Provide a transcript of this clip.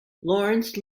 lawrence